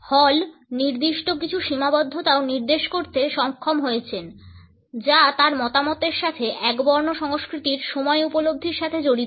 হল নির্দিষ্ট কিছু সীমাবদ্ধতাও নির্দেশ করতে সক্ষম হয়েছেন যা তার মতামতের সাথে একবর্ণ সংস্কৃতির সময় উপলব্ধির সাথে জড়িত